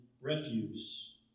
refuse